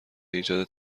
ایجاد